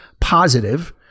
positive